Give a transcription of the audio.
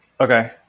Okay